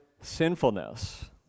sinfulness